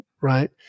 Right